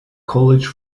college